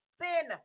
sin